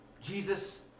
Jesus